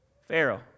Pharaoh